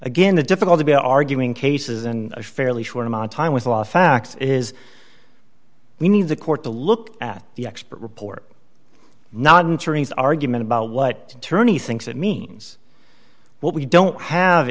again the difficulty be arguing cases in a fairly short amount of time with a lot of fact is we need the court to look at the expert report not an argument about what tourney thinks it means what we don't have